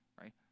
right